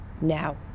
Now